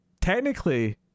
technically